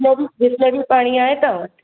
बिस्लरी पाणी आया अथव